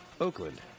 Oakland